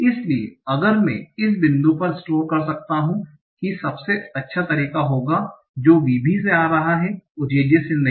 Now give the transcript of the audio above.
इसलिए अगर मैं इस बिंदु पर स्टोर कर सकता हूं कि सबसे अच्छा तरीका होगा जो VB से आ रहा है और JJ से नहीं